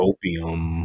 Opium